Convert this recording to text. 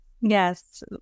Yes